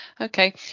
okay